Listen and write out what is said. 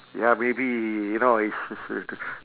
ya maybe you know is he sh~ sh~ t~